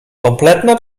kompletna